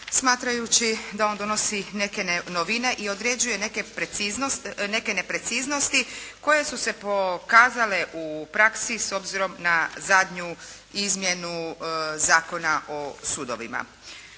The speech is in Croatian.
smatrajući da on donosi neke novine i određuje neke nepreciznosti koje su se pokazale u praksi s obzirom na zadnju izmjenu Zakona o sudovima.